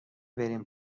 بریم